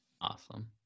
Awesome